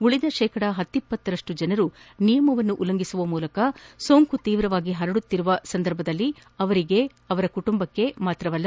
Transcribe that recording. ಉಳಿದ ಶೇಕಡ ಪತ್ತಿಪ್ಪತರಷ್ಟು ಜನರು ನಿಯಮವನ್ನು ಉಲ್ಲಂಘಿಸುವ ಮೂಲಕ ಸೋಂಕು ತೀವ್ರವಾಗಿ ಪರಡುತ್ತಿರುವ ಈ ಸಂದರ್ಭದಲ್ಲಿ ಅವರಿಗೆ ಅವರ ಕುಟುಂಬಕ್ಕೆ ಮಾತ್ರವಲ್ಲ